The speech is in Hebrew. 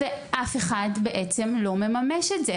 ואף אחד לא מממש את זה?